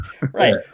Right